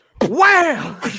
Wow